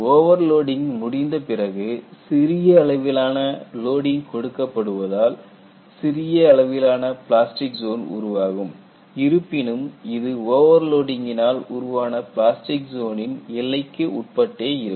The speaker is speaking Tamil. ஓவர்லோடிங் முடிந்த பிறகு சிறிய அளவிலான லோடிங் கொடுக்கப்படுவதால் சிறிய அளவிலான பிளாஸ்டிக் ஜோன் உருவாகும் இருப்பினும் இது ஓவர்லோடிங்கினால் உருவான பிளாஸ்டிக் ஜோனின் எல்லைக்கு உட்பட்டே இருக்கும்